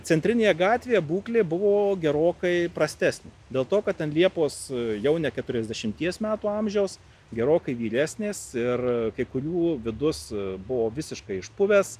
centrinėje gatvėje būklė buvo gerokai prastesnė dėl to kad ten liepos jau ne keturiasdešimties metų amžiaus gerokai vyresnės ir kai kurių vidus buvo visiškai išpuvęs